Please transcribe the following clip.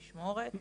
במשמורת,